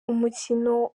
umukino